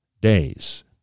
days